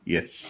Yes